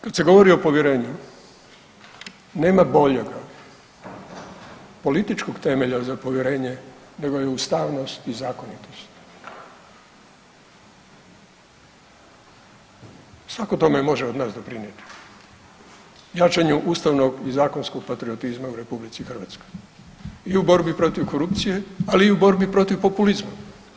Kad se govori o povjerenju nema boljega političkog temelja za povjerenje nego je ustavnost i zakonitost, svako tome može od nas doprinijeti jačanju ustavnog i zakonskog patriotizma u RH i u borbi protiv korupcije, ali i u borbi protiv populizma.